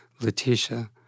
Letitia